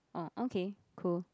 orh okay cool